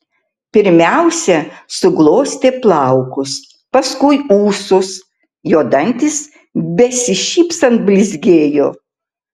pirmiausia suglostė plaukus paskui ūsus jo dantys besišypsant blizgėjo